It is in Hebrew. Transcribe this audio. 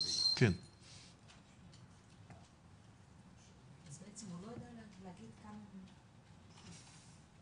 ממשרד העבודה הרווחה והשירותים החברתיים